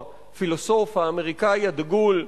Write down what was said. הפילוסוף האמריקני הדגול.